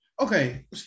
Okay